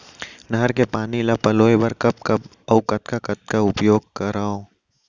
नहर के पानी ल पलोय बर कब कब अऊ कतका उपयोग करंव?